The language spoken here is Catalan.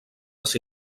les